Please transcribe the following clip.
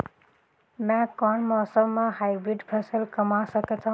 मै कोन मौसम म हाईब्रिड फसल कमा सकथव?